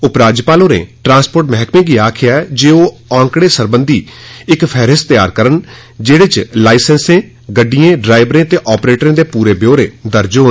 उपराज्यपाल होरें ट्रांसपोर्ट मैहकमे गी आखेआ ऐ जे ओह् आंकड़ें सरबंधी इक फेहरिस्त तैयार करन जेह्दे च लसैंसें गड्डिएं डरैवरें ते आपरेटरें दे पूरे ब्यौरे दर्ज होन